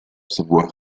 sebuah